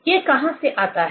यह कहाँ से आता है